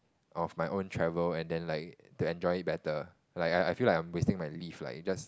of my own travel and then like to enjoy it better like I feel like I am wasting my leave like just